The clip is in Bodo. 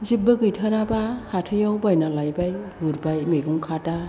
आरो जेबो गैथाराबा हाथायाव बायना लाबाय गुरबाय मैगं खादा